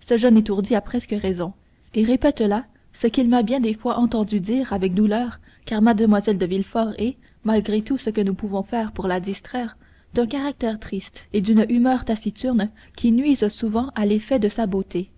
ce jeune étourdi a presque raison et répète là ce qu'il m'a bien des fois entendue dire avec douleur car mlle de villefort est malgré tout ce que nous pouvons faire pour la distraire d'un caractère triste et d'une humeur taciturne qui nuisent souvent à l'effet de sa beauté